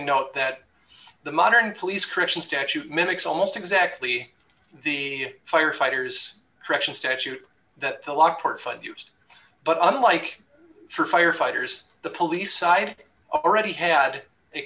note that the modern police christian statute mimics almost exactly the firefighters direction statute that the lockport five used but unlike for firefighters the police already had